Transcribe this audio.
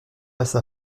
face